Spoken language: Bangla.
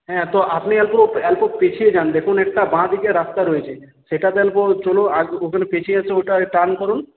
হ্যাঁ তো আপনি একটু এতো পিছিয়ে যান দেখুন একটা বাঁদিকে রাস্তা রয়েছে সেটা জালবো চলুন আর ওখানে পেছিয়ে আসছে ওটায় টার্ন করুন